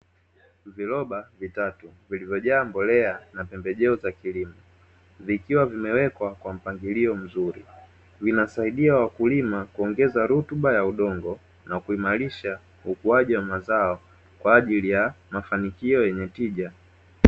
Viroba vitatu vilivyojaa mbolea na pembejeo za kilimo vikiwa vimewekwa kwa mpangilio mzuri, vinasaidia wakulima kuongeza rutuba ya udongo na kuimarisha ukuaji wa mazao kwa ajili ya mafanikio yenye tija.